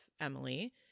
Emily